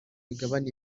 migabane